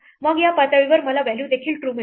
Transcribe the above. मग या पातळीवर मला व्हॅल्यू देखील true मिळेल